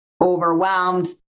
Overwhelmed